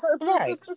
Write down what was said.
right